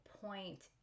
point